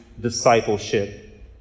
discipleship